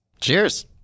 cheers